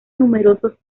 numerosos